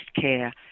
care